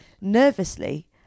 Nervously